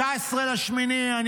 19 באוגוסט: "אני